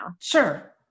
sure